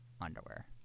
underwear